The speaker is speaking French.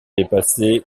dépassé